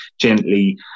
gently